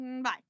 bye